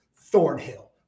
Thornhill